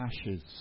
ashes